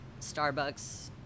Starbucks